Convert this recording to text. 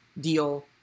deal